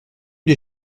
des